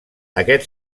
aquest